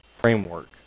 framework